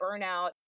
burnout